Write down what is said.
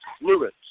Lewis